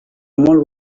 molt